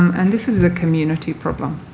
and this is a community problem.